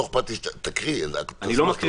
לא אכפת לי שתקריא --- אני לא מקריא,